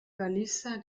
caliza